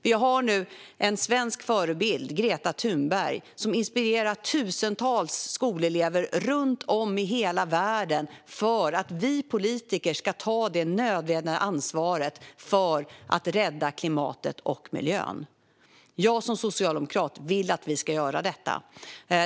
Vi har en svensk förebild, Greta Thunberg, som nu inspirerat tusentals skolelever runt om i hela världen att demonstrera för att vi politiker ska ta det nödvändiga ansvaret att rädda klimatet och miljön. Jag som socialdemokrat vill att vi ska göra detta.